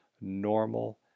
normal